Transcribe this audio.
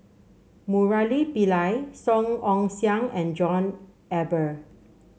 Murali Pillai Song Ong Siang and John Eber